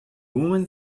woman